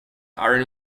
are